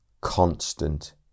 constant